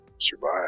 survive